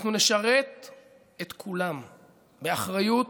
אנחנו נשרת את כולם באחריות